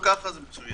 אם כך אז מצוין.